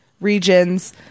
regions